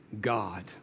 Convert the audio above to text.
God